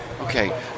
okay